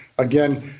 Again